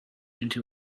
into